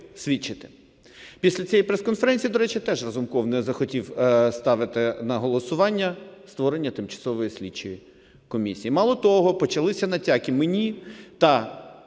Після цієї прес-конференції, до речі, теж Разумков не захотів ставити на голосування створення тимчасової слідчої комісії. Мало того, почалися натяки мені та